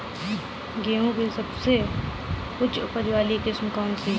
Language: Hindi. गेहूँ की सबसे उच्च उपज बाली किस्म कौनसी है?